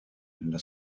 nella